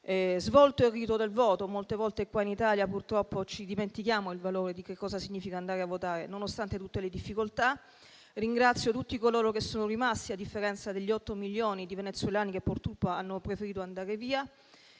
svolto il rito del voto. Molte volte qua in Italia, purtroppo, ci dimentichiamo il valore e il significato dell'andare a votare. Nonostante tutte le difficoltà, ringrazio tutti coloro che sono rimasti, a differenza degli 8 milioni di venezuelani che purtroppo hanno preferito andare via.